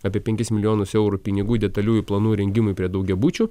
apie penkis milijonus eurų pinigų detaliųjų planų rengimui prie daugiabučių